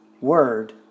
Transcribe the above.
Word